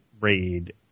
Raid